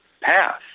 pass